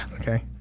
Okay